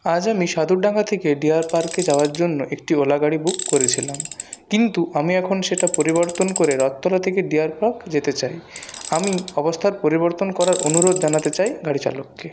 আজ আমি সাতুরডাঙা থেকে ডিয়ার পার্কে যাওয়ার জন্য একটি ওলা গাড়ি বুক করেছিলাম কিন্তু আমি এখন সেটা পরিবর্তন করে রথতলা থেকে ডিয়ার পার্ক যেতে চাই আমি অবস্থার পরিবর্তন করার অনুরোধ জানাতে চাই গাড়ি চালককে